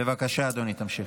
בבקשה, אדוני, תמשיך.